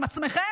עם עצמכם?